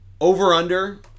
Over-under